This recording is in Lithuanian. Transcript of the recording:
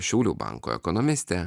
šiaulių banko ekonomistė